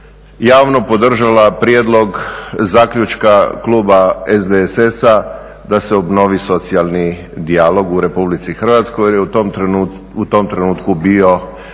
javno podržala prijedlog zaključka kluba SDSS-a da se obnovi socijalni dijalog u Republici Hrvatskoj jer je u tom trenutku bio